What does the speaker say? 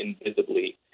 invisibly